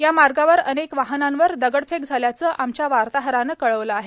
या मार्गावर अनेक वाहनांवर दगडफेक झाल्याचं आमच्या वार्ताहरानं कळवलं आहे